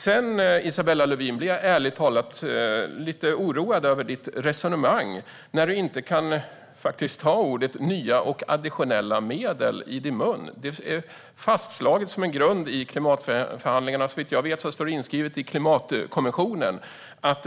Sedan, Isabella Lövin, blir jag ärligt talat lite oroad över ditt resonemang när du faktiskt inte kan ta orden "nya och additionella medel" i din mun. Det är fastslaget som en grund i klimatförhandlingarna. Såvitt jag vet står det inskrivet i klimatkonventionen att